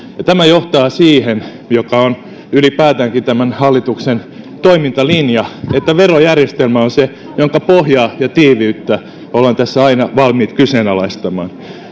tämä johtaa siihen mikä on ylipäätäänkin tämän hallituksen toimintalinja että verojärjestelmä on se jonka pohjaa ja tiiviyttä ollaan aina valmiita kyseenalaistamaan